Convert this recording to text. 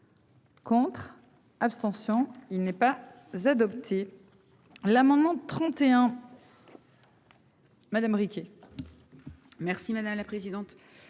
Contre, abstention il n'est pas adopté. L'amendement 31. Héritier. Merci madame la présidente.